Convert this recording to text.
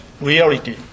reality